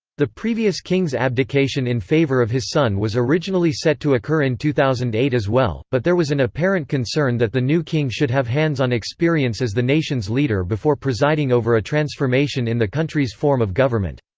the previous king's abdication in favour of his son was originally set to occur in two thousand and eight as well, but there was an apparent concern that the new king should have hands-on experience as the nation's leader before presiding over a transformation in the country's form of government.